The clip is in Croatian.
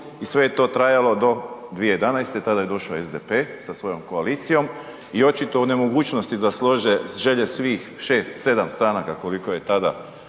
i sve je to trajalo do 2011., tada je došao SDP sa svojom koalicijom i očito u nemogućnosti da slože želje svih 6, 7 stranaka koliko je tada